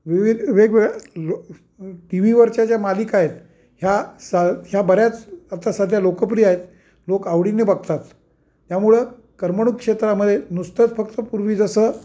विविध वेगवेगळ्या लो टी व्हीवरच्या ज्या मालिका आहेत ह्या सा ह्या बऱ्याच आता सध्या लोकप्रिय आहेत लोक आवडीने बघतात त्यामुळे करमणूक क्षेत्रामध्ये नुसतंच फक्त पूर्वी जसं